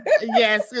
Yes